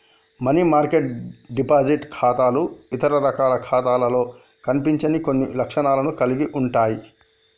money market deposit ఖాతాలు ఇతర రకాల ఖాతాలలో కనిపించని కొన్ని లక్షణాలను కలిగి ఉంటయ్